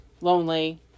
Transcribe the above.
lonely